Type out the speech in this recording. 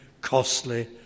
costly